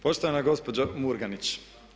Poštovana gospođo Murganić.